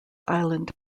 island